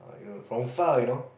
you know from far you know